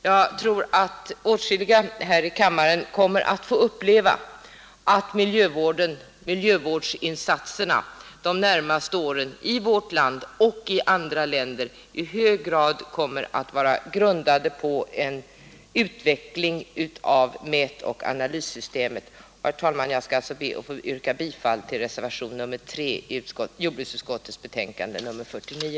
Jag tror att åtskilliga här i kammaren kommer att få uppleva att miljövårdsinsatserna de närmaste åren i vårt land och i andra länder i hög grad kommer att vara grundade på en utveckling av mätoch analyssystemet. Herr talman! Jag ber alltså att få yrka bifall till reservationen 4 i jordbruksutskottets betänkande nr 49.